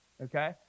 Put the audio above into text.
okay